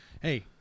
hey